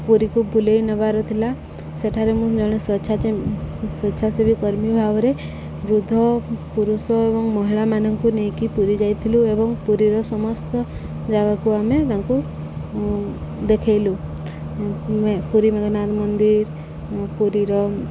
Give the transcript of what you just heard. ପୁରୀକୁ ବୁଲେଇ ନେବାର ଥିଲା ସେଠାରେ ମୁଁ ଜଣେ ସ୍ୱଚ୍ଛ ସ୍ୱଚ୍ଛାସେବୀ କର୍ମୀ ଭାବରେ ବୃଦ୍ଧ ପୁରୁଷ ଏବଂ ମହିଳାମାନଙ୍କୁ ନେଇକି ପୁରୀ ଯାଇଥିଲୁ ଏବଂ ପୁରୀର ସମସ୍ତ ଜାଗାକୁ ଆମେ ତାଙ୍କୁ ଦେଖେଇଲୁ ମେ ପୁରୀ ମେଘନାଥ ମନ୍ଦିର ପୁରୀର